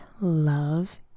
love